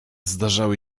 zdarzały